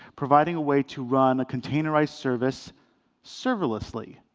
providing a way to run a containerized service serverlessly.